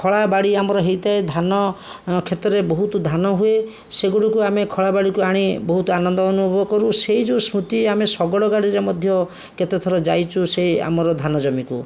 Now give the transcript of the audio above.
ଖଳାବାଡ଼ି ଆମର ହୋଇଥାଏ ଧାନ କ୍ଷେତରେ ବହୁତ ଧାନ ହୁଏ ସେଗୁଡ଼ିକୁ ଆମେ ଖଳାବାଡ଼ିକୁ ଆଣି ବହୁତ ଆନନ୍ଦ ଅନୁଭବ କରୁ ସେଇ ଯେଉଁ ସ୍ମୃତି ଆମେ ଶଗଡ଼ ଗାଡ଼ିରେ ମଧ୍ୟ କେତେ ଥର ଯାଇଛୁ ସେଇ ଆମର ଧାନ ଜମିକୁ